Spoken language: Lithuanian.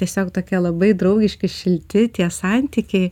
tiesiog tokie labai draugiški šilti tie santykiai